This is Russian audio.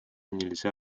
нельзя